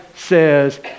says